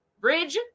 bridge